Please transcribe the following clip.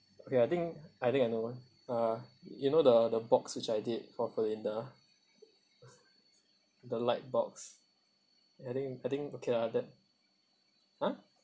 okay I think I think I know ah uh you know the the box which I did for belinda the light box I think I think okay lah that !huh!